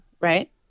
right